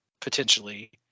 potentially